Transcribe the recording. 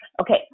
okay